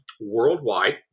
worldwide